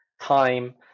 time